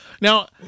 Now